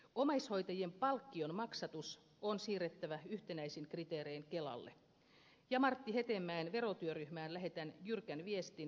omaishoitajien palkkion maksatus on siirrettävä yhtenäisin kriteerein kelalle ja martti hetemäen verotyöryhmään lähetän jyrkän viestin